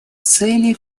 цели